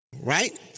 right